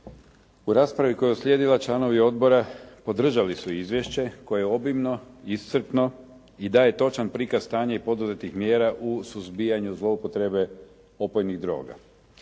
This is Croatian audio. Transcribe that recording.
U raspravi koja je uslijedila članovi odbora podržali su Izvješće koje je obimno, iscrpno i daje točan prikaz stanja i poduzetih mjera u suzbijanju zloupotrebe opojnih droga.